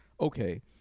Okay